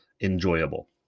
enjoyable